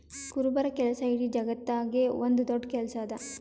ಕುರುಬರ ಕೆಲಸ ಇಡೀ ಜಗತ್ತದಾಗೆ ಒಂದ್ ದೊಡ್ಡ ಕೆಲಸಾ ಅದಾ